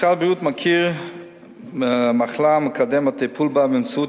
משרד הבריאות מכיר במחלה ומקדם את הטיפול בה באמצעות